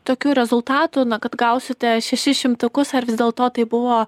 tokių rezultatų kad gausite šešis šimtukus ar vis dėlto tai buvo